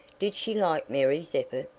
did she like mary's effort?